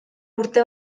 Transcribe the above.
urte